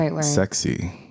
sexy